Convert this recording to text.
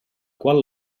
qual